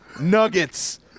Nuggets